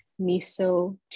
miso